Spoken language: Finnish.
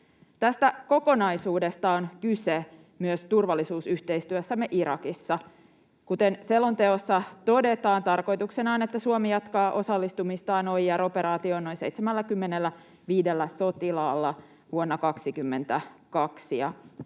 Tästä kokonaisuudesta on kyse myös turvallisuusyhteistyössämme Irakissa. Kuten selonteossa todetaan, tarkoituksena on, että Suomi jatkaa osallistumistaan OIR-operaatioon noin 75 sotilaalla vuonna 22,